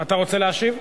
אתה רוצה להשאיר?